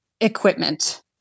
equipment